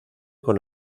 con